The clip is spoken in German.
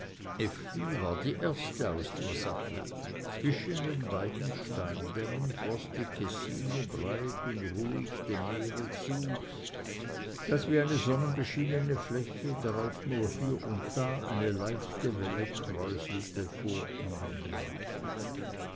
war die erste aus dem sattel zwischen den beiden steindämmen floß die kessine breit und ruhig dem meere zu das wie eine sonnenbeschienene fläche darauf nur hier und da eine leichte welle kräuselte vor ihnen lag